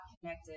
connected